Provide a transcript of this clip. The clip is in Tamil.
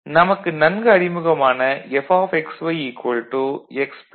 நமக்கு நன்கு அறிமுகமான Fxy x x'